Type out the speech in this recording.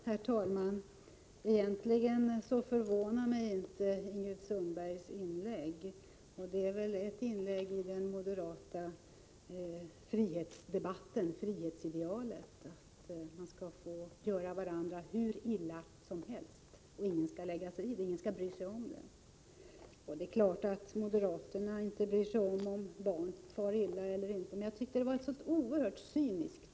Herr talman! Egentligen förvånar mig inte Ingrid Sundbergs anförande. Det är väl ett inlägg i den moderata frihetsdebatten — man skall få göra varandra hur illa som helst, och inga skall bry sig om det. Det är klart att moderaterna inte bryr sig om huruvida barn far illa. Jag tycker att Ingrid Sundbergs anförande var oerhört cyniskt.